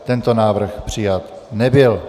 Tento návrh přijat nebyl.